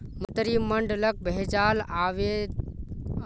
मंत्रिमंडलक भेजाल आवेदनत कोई करवाई नी हले